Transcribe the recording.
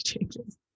changes